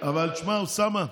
אבל תשמע, אוסאמה,